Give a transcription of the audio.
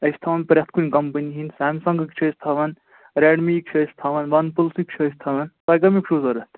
أسۍ چھِ تھاوان پرٛٮ۪تھ کُنہِ کَمپٕنی ہِنٛدۍ سیمسَنٛگٕکۍ چھِ أسۍ تھاوان رٮ۪ڈمیٖیِکۍ چھِ أسۍ تھاوان وَن پٕلسٕکۍ چھِ أسۍ تھاوان تۄہہِ کَمیُک چھُو ضوٚرَتھ